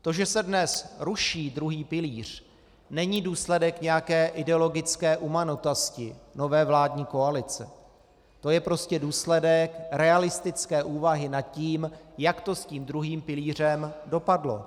To, že se dnes ruší druhý pilíř, není důsledek nějaké ideologické umanutosti nové vládní koalice, to je prostě důsledek realistické úvahy nad tím, jak to s druhým pilířem dopadlo.